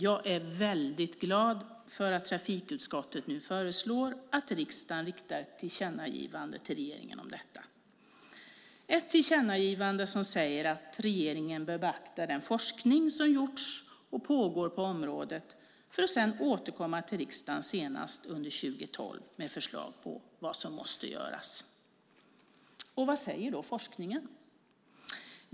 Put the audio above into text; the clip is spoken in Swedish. Jag är väldigt glad över trafikutskottets förslag om att riksdagen riktar ett tillkännagivande till regeringen om att regeringen bör beakta den forskning som gjorts och som pågår på området för att senast 2012 återkomma till riksdagen med förslag om vad som måste göras. Vad säger då forskningen?